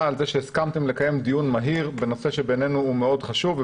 על כך שהסכמתם לקיים דיון מהיר בנושא חשוב מאוד.